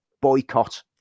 boycott